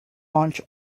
launch